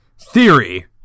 Theory